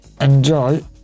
Enjoy